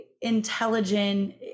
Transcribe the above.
intelligent